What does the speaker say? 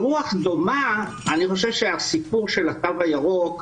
ברוח דומה אני חושב שהסיפור של התו הירוק,